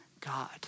God